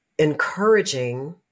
Encouraging